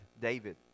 David